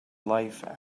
life